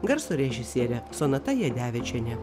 garso režisierė sonata jadevičienė